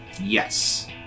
yes